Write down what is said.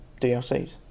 DLCs